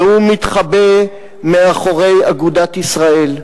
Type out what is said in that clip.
והוא מתחבא מאחורי אגודת ישראל,